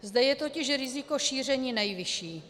Zde je totiž riziko šíření nejvyšší.